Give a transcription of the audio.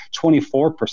24%